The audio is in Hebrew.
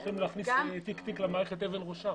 יכולים להכניס תיק תיק למערכת 'אבן ראשה'.